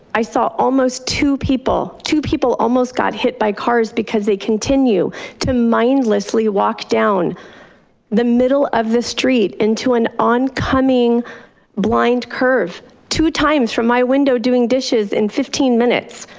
i saw almost two people, two people almost got hit by cars because they continue to mindlessly walk down the middle of the street into an oncoming blind curve, two times from my window doing dishes in fifteen minutes.